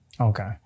Okay